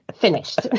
finished